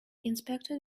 inspected